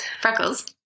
Freckles